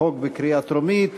חוק לקריאה טרומית.